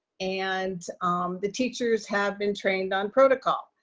and the teachers have been trained on protocol.